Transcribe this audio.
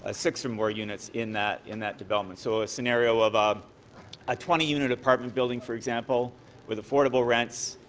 ah six or more units in that in that development. so a scenario of um a twenty unit apartment building for for example with affordable rents.